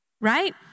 right